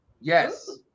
Yes